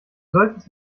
solltest